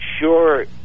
sure